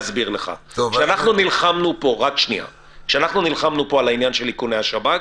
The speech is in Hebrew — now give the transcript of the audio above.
כשאנחנו נלחמנו פה על העניין של איכוני השב"כ,